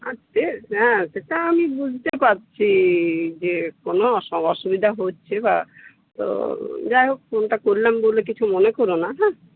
আ সে হ্যাঁ সেটা আমি বুঝতে পারছি যে কোনো অসু অসুবিধা হচ্ছে বা তো যাই হোক ফোনটা করলাম বলে কিছু মনে করো না হ্যাঁ